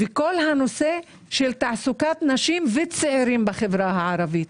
וכל הנושא של תעסוקת נשים וצעירים בחברה הערבית.